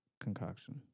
concoction